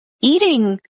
eating